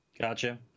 Gotcha